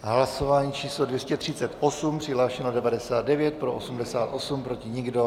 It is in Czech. Hlasování číslo 238, přihlášeno 99, pro 88, proti nikdo.